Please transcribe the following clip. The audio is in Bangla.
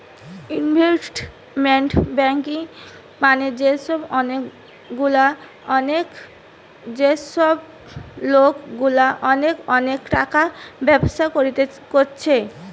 ইনভেস্টমেন্ট ব্যাঙ্কিং মানে যে সব লোকগুলা অনেক অনেক টাকার ব্যবসা কোরছে